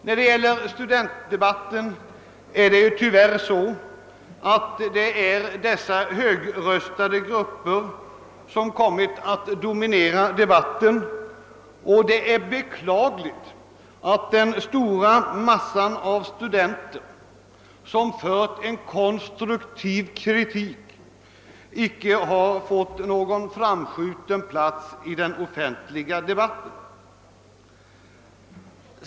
När det gäller studentdebatten har tyvärr dessa högröstade grupper kommit att dominera. Det är beklagligt att den stora massan av studenter, som framfört en konstruktiv kritik, icke har fått någon framskjuten plats i den offentliga debatten.